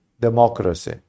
democracy